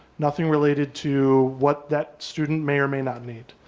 nothing related to what that student may or may not need.